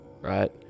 right